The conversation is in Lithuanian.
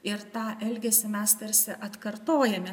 ir tą elgesį mes tarsi atkartojame